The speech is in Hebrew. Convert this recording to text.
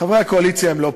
חברי הקואליציה אינם פה,